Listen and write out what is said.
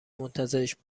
منتظرشون